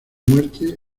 muerte